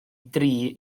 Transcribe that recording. dri